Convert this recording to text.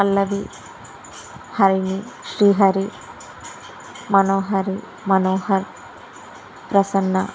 Pallavi Harini Srihari Manohari Manohar Prasanna